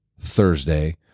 Thursday